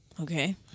Okay